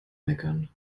meckern